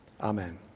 Amen